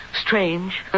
Strange